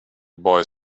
boy